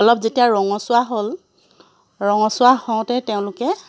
অলপ যেতিয়া ৰঙছুৱা হ'ল ৰঙছুৱা হওঁতে তেওঁলোকে